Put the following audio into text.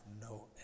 no